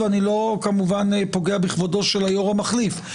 ואני לא כמובן פוגע בכבודו של היו"ר המחליף,